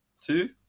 Two